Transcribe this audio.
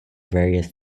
various